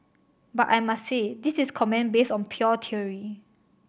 but I must say this is comment based on pure theory